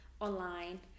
online